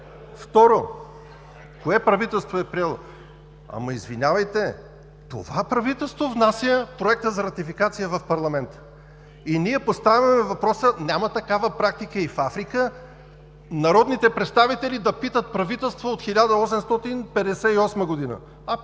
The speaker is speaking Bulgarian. Второ, кое правителство е приело? Ама, извинявайте, това правителство внася Проекта за ратификация в парламента. И ние поставяме въпроса: няма такава практика и в Африка, народните представители да питат правителството от 1858 г., а питат това правителство